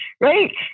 Right